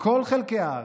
בכל חלקי הארץ,